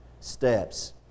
steps